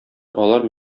алар